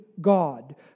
God